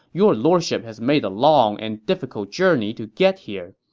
your lordship has made a long and difficult journey to get here.